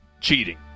cheating